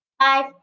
Five